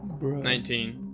nineteen